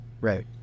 Right